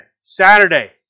Saturday